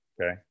okay